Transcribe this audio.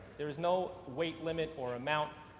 there is no weight limit or amount.